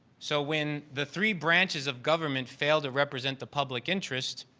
so, when the three branches of government failed to represent the public interest,